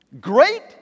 great